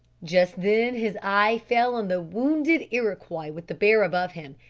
just then his eye fell on the wounded iroquois with the bear above him,